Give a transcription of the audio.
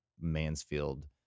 Mansfield